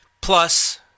Plus